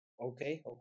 Okay